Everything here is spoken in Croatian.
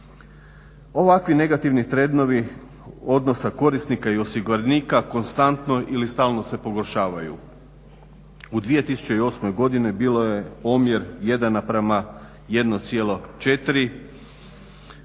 Ovakvi negativni trendovi odnosa korisnika i osiguranika konstantno ili stalno se pogoršavaju. U 2008. godini bilo je omjer 1:1,4